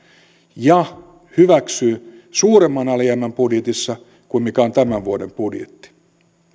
ja hyväksyy suuremman alijäämän budjetissa kuin mikä on tämän vuoden budjetti